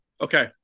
Okay